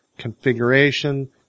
configuration